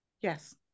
Yes